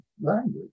language